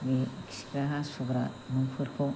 बे खिग्रा हासुग्रा न'फोरखौ